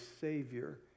Savior